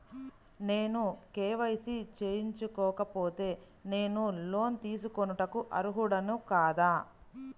నేను కే.వై.సి చేయించుకోకపోతే నేను లోన్ తీసుకొనుటకు అర్హుడని కాదా?